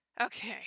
Okay